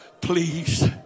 Please